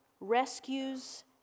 rescues